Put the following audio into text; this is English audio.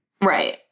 Right